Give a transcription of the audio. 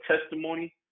testimony